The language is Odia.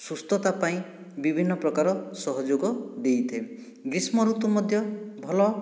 ସୁସ୍ଥତା ପାଇଁ ବିଭିନ୍ନ ପ୍ରକାର ସହଯୋଗ ଦେଇଥାଏ ଗ୍ରୀଷ୍ମ ଋତୁ ମଧ୍ୟ ଭଲ